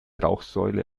rauchsäule